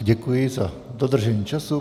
Děkuji za dodržení času.